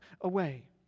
away